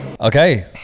Okay